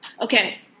Okay